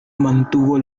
mantuvo